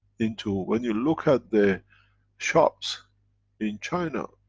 into, when you look at the shops in china,